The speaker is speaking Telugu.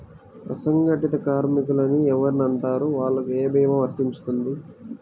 అసంగటిత కార్మికులు అని ఎవరిని అంటారు? వాళ్లకు ఏ భీమా వర్తించుతుంది?